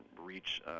reach